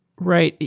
right.